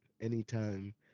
anytime